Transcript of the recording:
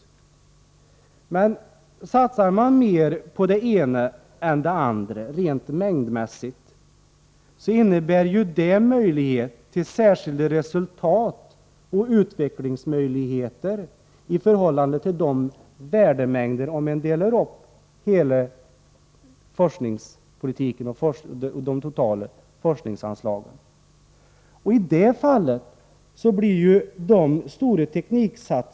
Om man delar upp hela forskningspolitiken och de totala forskningsanslagen på det sättet att man rent mängdmässigt satsar mer på det ena än på det andra området, innebär ju det att möjligheterna till särskilda resultat och till utveckling kommer att stå i förhållande till satsade värdemängder.